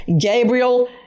Gabriel